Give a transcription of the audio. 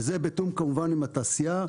וזה בתיאום כמובן עם התעשייה,